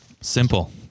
Simple